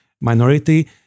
minority